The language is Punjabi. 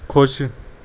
ਖੁਸ਼